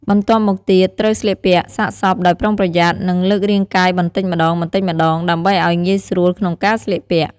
បន្ទាប់មកទៀតត្រូវស្លៀកពាក់សាកសពដោយប្រុងប្រយ័ត្ន និងលើករាងកាយបន្តិចម្ដងៗដើម្បីឱ្យងាយស្រួលក្នុងការស្លៀកពាក់។